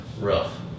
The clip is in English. Rough